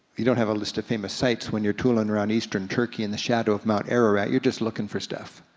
you don't have a list of famous sights when you're toolin' around eastern turkey in the shadow of mount ararat, you're just looking for stuff.